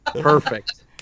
Perfect